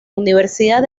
universidad